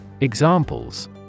Examples